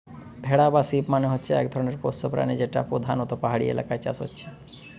ভেড়া বা শিপ মানে হচ্ছে এক ধরণের পোষ্য প্রাণী যেটা পোধানত পাহাড়ি এলাকায় চাষ হচ্ছে